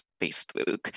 Facebook